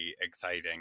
exciting